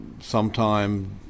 sometime